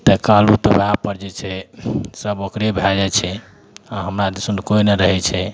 तऽ कहलहुँ तऽ वएह पर जे छै सब ओकरे भए जाइ छै आओर हमरा दिसन कोइ नहि रहय छै